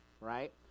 right